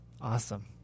awesome